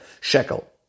shekel